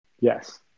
Yes